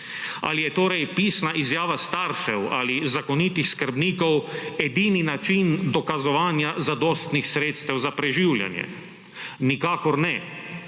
Ali je torej pisna izjava staršev ali zakonitih skrbnikov, edini način dokazovanja zadostnih sredstev za preživljanje. Nikakor ne.